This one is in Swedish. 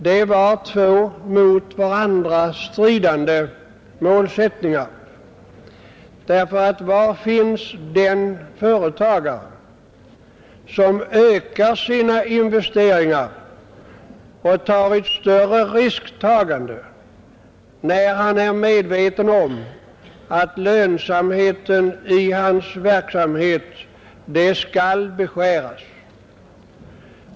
Det var två mot varandra stridande målsättningar. Var finns den företagare, som ökar sina investeringar och gör ett större risktagande när han är medveten om att lönsamheten i hans verksamhet skall beskäras?